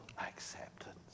acceptance